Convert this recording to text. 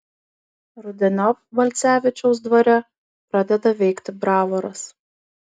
rudeniop balcevičiaus dvare pradeda veikti bravoras